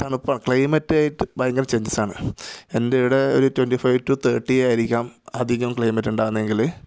തണുപ്പാണ് ക്ലൈമെറ്റായിട്ട് ഭയങ്കര ചേയ്ഞ്ചസ്സാണ് എന്റെവിടെ ഒരു ട്വെന്റ്റി ഫൈവ് ടു തേര്ട്ടിയായിരിക്കാം അധികം ക്ലൈമെറ്റുണ്ടാകുന്നെങ്കിൽ